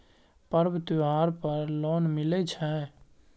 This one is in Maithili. पर्व त्योहार पर लोन मिले छै?